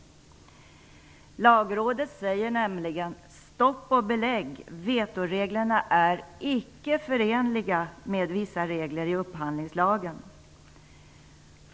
Lagrådet säger nämligen: Stopp och belägg, vetoreglerna är icke förenliga med vissa regler i upphandlingslagen.